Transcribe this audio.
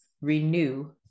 Renew